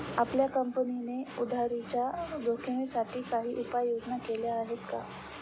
आपल्या कंपनीने उधारीच्या जोखिमीसाठी काही उपाययोजना केली आहे का?